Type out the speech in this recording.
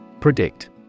Predict